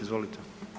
Izvolite.